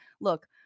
look